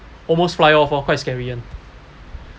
almost fly off oh quite scary one